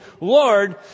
Lord